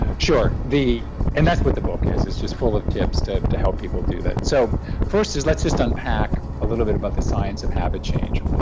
sure. and that's what the book is is just full of tips to to help people do that. so first is let's just unpack a little bit about the science of habit change.